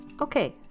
Okay